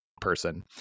person